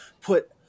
put